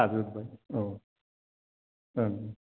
थाजोब्बाय औ